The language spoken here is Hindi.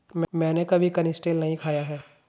मैंने कभी कनिस्टेल नहीं खाया है